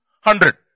Hundred